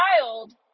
child